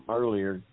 earlier